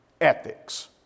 ethics